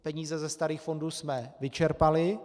Peníze starých fondů jsme vyčerpali.